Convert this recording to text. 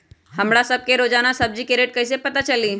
हमरा सब के रोजान सब्जी के रेट कईसे पता चली?